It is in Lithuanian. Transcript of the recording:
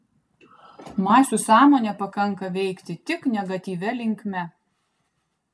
masių sąmonę pakanka veikti tik negatyvia linkme